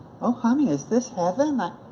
oh honey, is this heaven? oh